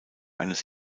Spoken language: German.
eines